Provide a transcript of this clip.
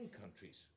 countries